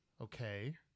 Okay